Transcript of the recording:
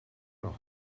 roc